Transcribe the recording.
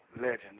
legends